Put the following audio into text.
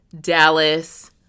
Dallas